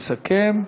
יסכם,